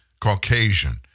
Caucasian